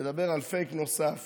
לדבר על פייק נוסף